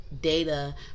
data